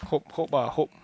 hope hope ah hope